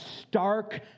stark